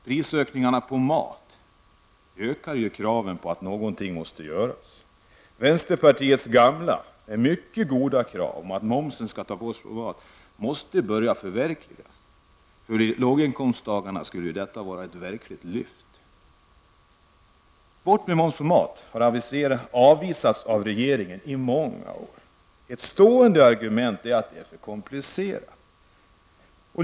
Prisökningarna på mat ökar kraven på att någonting måste göra. Vänsterpartiets gamla men mycket goda krav på att momsen på mat skall bort måste börja förverkligas. För låginkomsttagarna skulle detta vara ett verkligt lyft. Borttagande av moms på mat har avvisats av regeringen i många år. Ett stående argument är att det är för komplicerat.